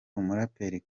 umuraperi